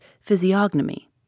physiognomy